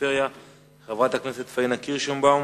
בפריפריה היא חברת הכנסת פאינה קירשנבאום.